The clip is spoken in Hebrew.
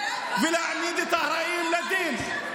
להעמיד את האחראים לדין.